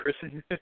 person